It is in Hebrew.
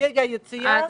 אסטרטגיית יציאה,